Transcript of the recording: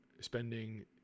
spending